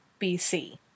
BC